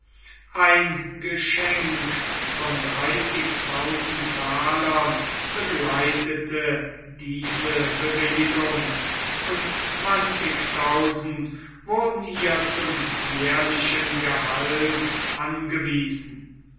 ein geschenk von dreißigtausend thalern begleitete diese bewilligung und zwanzigtausend wurden ihr zum jährlichen gehalte angewiesen